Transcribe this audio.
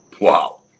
wow